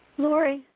laurie,